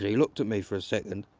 looked at me for a second,